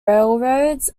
railroads